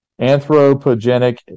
Anthropogenic